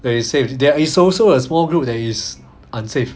that is safe there is also a small group that is unsafe